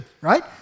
right